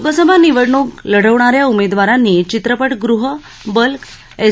लोकसभा निवडणूक लढविणाऱ्या उमेदवारांनी चित्रपटगृह बल्क एस